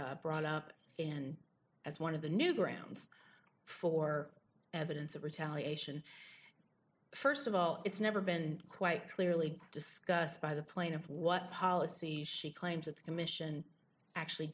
brought up and as one of the new grounds for evidence of retaliation first of all it's never been quite clearly discussed by the plaintiff what policy she claims that the commission actually